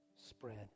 spread